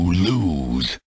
lose